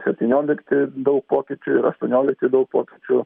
septyniolikti daug pokyčių ir aštuoniolikti daug pokyčių